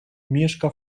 mieszka